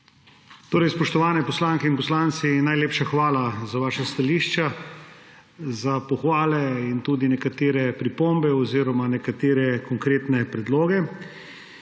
Spoštovane poslanke in poslanci, najlepša hvala za vaša stališča, za pohvale in tudi nekatere pripombe oziroma nekatere konkretne predloge.